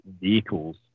vehicles